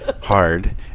hard